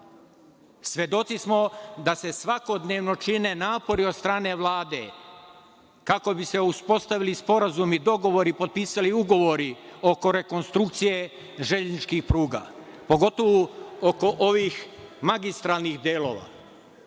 Svedoci smo da se svakodnevno čine napori od strane Vlade kako bi se uspostavili sporazumi i dogovori, potpisali ugovori oko rekonstrukcije železničkih pruga, pogotovu oko ovih magistralnih delova. Mi